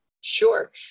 Sure